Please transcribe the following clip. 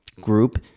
group